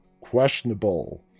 questionable